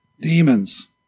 demons